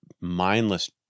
mindless